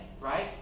right